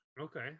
okay